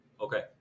Okay